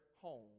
home